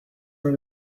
are